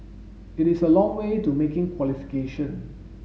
it is a long way to making qualification